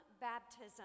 baptism